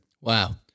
Wow